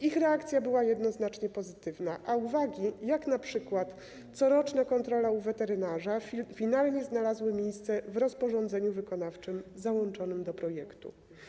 Ich reakcja była jednoznacznie pozytywna, a uwagi, jak np. dotyczące corocznej kontroli u weterynarza, finalnie znalazły miejsce w rozporządzeniu wykonawczym załączonym do projektu.